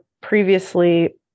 previously